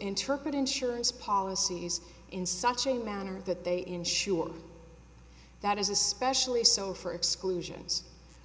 interpret insurance policies in such a manner that they ensure that is especially so for exclusions